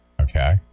Okay